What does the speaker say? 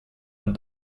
and